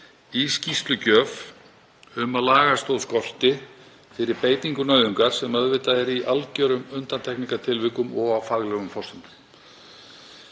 í skýrslugjöf um að lagastoð skorti fyrir beitingu nauðungar, sem auðvitað er beitt í algerum undantekningartilvikum og á faglegum forsendum.